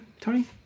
Tony